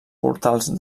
portals